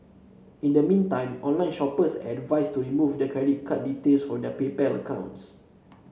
in the meantime online shoppers are advised to remove their credit card details from their PayPal accounts